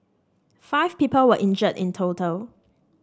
five people were injured in total